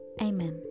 Amen